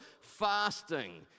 fasting